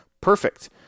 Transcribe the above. Perfect